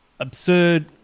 Absurd